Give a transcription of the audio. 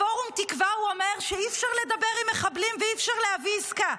לפורום תקווה הוא אומר שאי-אפשר לדבר עם מחבלים ואי-אפשר להביא עסקה.